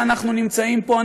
כשאנחנו נמצאים פה,